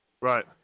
Right